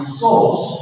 source